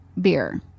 beer